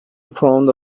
front